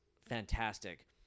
fantastic